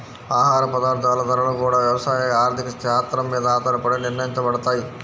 ఆహార పదార్థాల ధరలు గూడా యవసాయ ఆర్థిక శాత్రం మీద ఆధారపడే నిర్ణయించబడతయ్